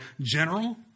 general